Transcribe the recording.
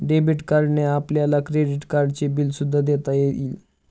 debit कार्डने आपल्याला credit कार्डचे बिल सुद्धा देता येईल